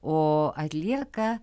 o atlieka